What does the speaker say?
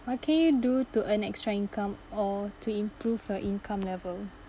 what can you do to earn extra income or to improve your income level